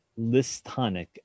Listonic